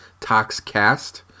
ToxCast